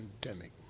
pandemic